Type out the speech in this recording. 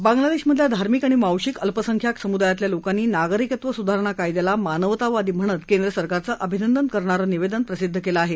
बांग्लादेशमधल्या धार्मिक आणि वांशिक अल्पसंख्यांक सम्दायातल्या लोकांनी नागरिकत्व स्धारणा कायद्याला मानवतावादी म्हणत केंद्र सरकारचं अभिनंदन करणारं निवेदन प्रसिद्ध केलं आहे